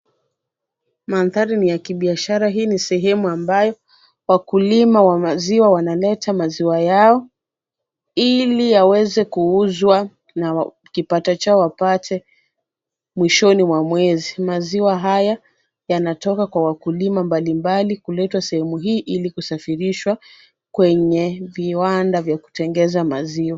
Mandhari ni ya kibiashara. Ii ni sehemu ambayo wakulima wa maziwa wanaleta maziwa yao ili yaweze kuuzwa na kipato chao wapate mwishoni mwa mwezi. Maziwa haya yanatoka kwa wakulima mbalimbali kuletwa sehemu hii ili kisafirishwa kwenye viwanda vya kutengeneza maziwa.